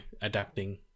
adapting